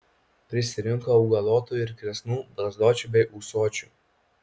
prisirinko augalotų ir kresnų barzdočių bei ūsočių